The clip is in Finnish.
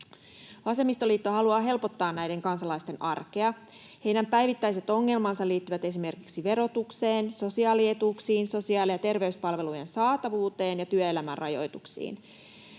Vasemmistoliitto haluaa helpottaa näiden kansalaisten arkea. Heidän päivittäiset ongelmansa liittyvät esimerkiksi verotukseen, sosiaalietuuksiin, sosiaali- ja terveyspalvelujen saatavuuteen ja työelämän rajoituksiin.